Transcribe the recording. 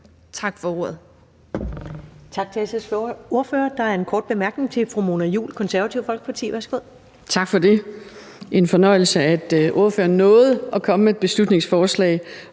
Tak for ordet.